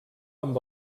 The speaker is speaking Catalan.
amb